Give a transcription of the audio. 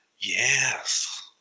Yes